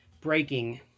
breaking